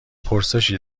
پرسشی